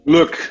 Look